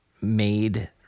made